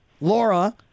Laura